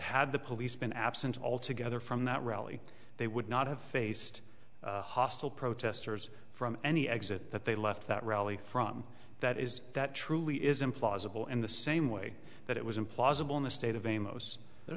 had the police been absent altogether from that rally they would not have faced hostile protesters from any exit that they left that rally from that is that truly is implausible in the same way that it was implausible in the state of a most that